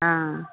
हँ